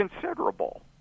considerable